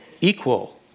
equal